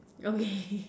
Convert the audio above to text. okay